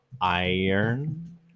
iron